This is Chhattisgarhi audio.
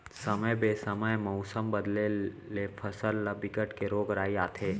समे बेसमय मउसम बदले ले फसल म बिकट के रोग राई आथे